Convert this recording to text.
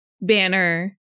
Banner